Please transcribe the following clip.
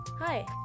Hi